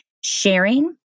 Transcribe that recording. sharing